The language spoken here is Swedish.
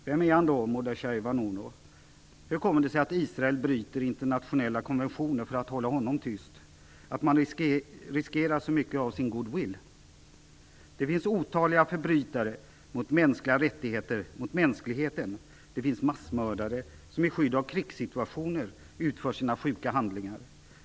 Vem är han då, Mordechai Vanunu? Hur kommer det sig att Israel bryter mot internationella konventioner för att hålla honom tyst, att man riskerar så mycket av sin good will? Det finns otaliga förbrytare mot mänskliga rättigheter, mot mänskligheten, och det finns massmördare som i skydd av krigssituationer utför sina sjuka handlingar.